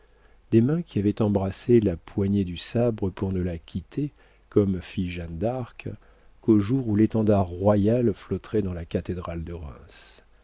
des mains qui avaient embrassé la poignée du sabre pour ne la quitter comme fit jeanne d'arc qu'au jour où l'étendard royal flotterait dans la cathédrale de reims